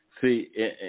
See